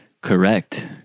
Correct